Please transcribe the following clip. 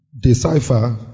decipher